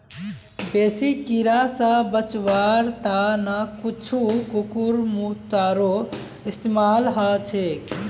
बेसी कीरा स बचवार त न कुछू कुकुरमुत्तारो इस्तमाल ह छेक